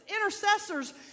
intercessors